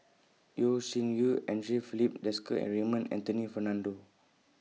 Yeo Shih Yun Andre Filipe Desker and Raymond Anthony Fernando